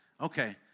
Okay